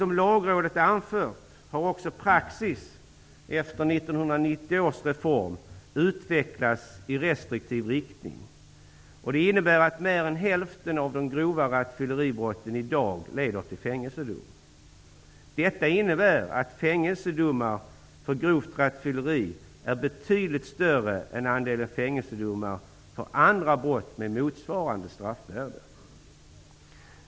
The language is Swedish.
Som Lagrådet har anfört har också praxis efter 1990 års reform utvecklats i restriktiv riktning. Det innebär att mer än hälften av de grova rattfylleribrotten i dag leder till fängelsedom. Detta innebär att fängelsedomar för grovt rattfylleri är betydligt större till antalet än andelen fängelsedomar för andra brott med motsvarande straffvärde.